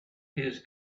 his